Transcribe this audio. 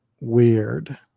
weird